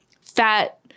fat